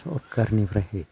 सरखारनिफ्राय